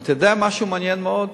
אתה יודע משהו מעניין מאוד,